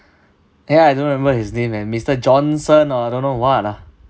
ya I don't remember his name and mister johnson or I don't know what ah